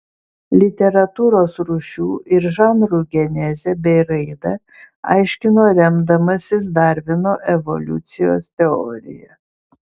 literatūros rūšių ir žanrų genezę bei raidą aiškino remdamasis darvino evoliucijos teorija